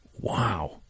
Wow